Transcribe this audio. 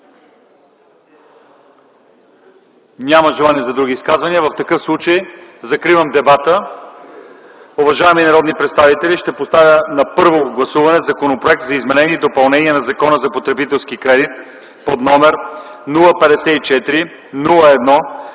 Няма. Желания за други изказвания? Няма. Закривам дебата. Уважаеми народни представители, поставям на първо гласуване Законопроекта за изменение и допълнение на Закона за потребителския кредит, № 054-01-45,